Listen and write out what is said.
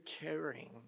caring